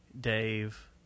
Dave